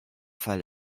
fall